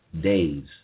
days